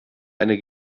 einer